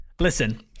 listen